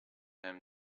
him